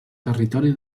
territori